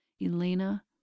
Elena